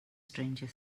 stranger